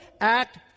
act